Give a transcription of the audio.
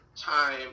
time